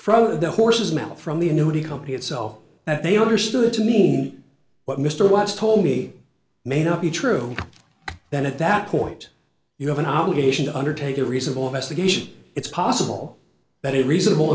from the horse's mouth from the annuity company itself that they understood to mean what mr west told me may not be true then at that point you have an obligation to undertake a reasonable investigation it's possible that a reasonable